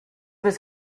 his